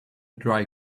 dry